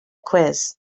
quiz